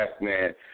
Man